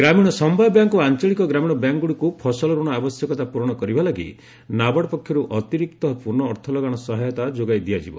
ଗ୍ରାମୀଣ ସମବାୟ ବ୍ୟାଙ୍କ ଓ ଆଞ୍ଚଳିକ ଗ୍ରାମୀଣ ବ୍ୟାଙ୍କଗୁଡ଼ିକୁ ଫସଲ ରଣ ଆବଶ୍ୟକତା ପୂରଣ କରିବା ଲାଗି ନାବାର୍ଡ ପକ୍ଷରୁ ଅତିରିକ୍ତ ପୁନଃ ଅର୍ଥଲଗାଣ ସହାୟତା ଯୋଗାଇ ଦିଆଯିବ